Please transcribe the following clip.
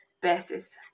bases